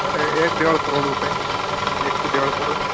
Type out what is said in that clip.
ایک ڈیڑھ کروڑ روپیے ایک سے ڈیڑھ کروڑ